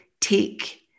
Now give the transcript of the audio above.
take